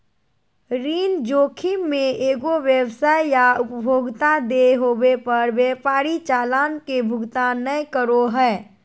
ऋण जोखिम मे एगो व्यवसाय या उपभोक्ता देय होवे पर व्यापारी चालान के भुगतान नय करो हय